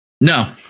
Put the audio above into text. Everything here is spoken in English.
No